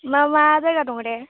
मा मा जायगा दङ दे